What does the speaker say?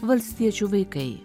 valstiečių vaikai